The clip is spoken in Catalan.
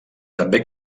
també